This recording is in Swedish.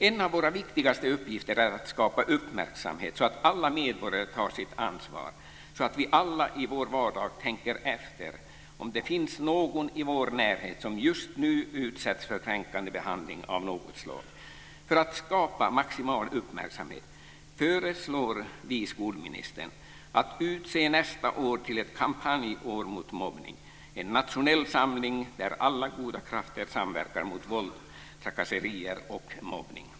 En av våra viktigaste uppgifter är att skapa uppmärksamhet så att alla medborgare tar sitt ansvar, så att vi alla i vår vardag tänker efter som det finns någon i vår närhet som just nu utsätts för kränkande behandling av något slag. För att skapa maximal uppmärksamhet föreslår vi skolministern att utse nästa år till ett kampanjår mot mobbning, en nationell samling där alla goda krafter samverkar mot våld, trakasserier och mobbning.